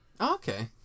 Okay